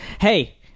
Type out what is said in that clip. Hey